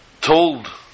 told